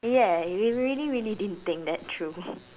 ya you really really didn't think that through